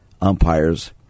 umpires